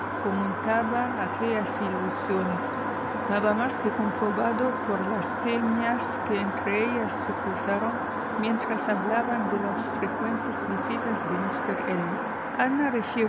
fomentaba aquellas ilusiones estaba más que comprobado por las señas que entre ellas se cruzaron mientras hablaban de las frecuentes visitas de